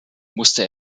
musste